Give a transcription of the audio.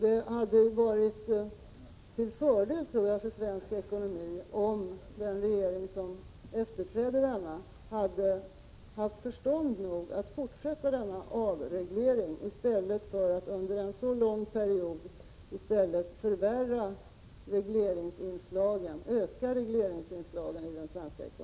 Det hade varit till fördel för svensk ekonomi om den regering som efterträdde den borgerliga hade haft förstånd nog att fortsätta denna avreglering i stället för att under en så lång period öka regleringsinslagen i den svenska ekonomin.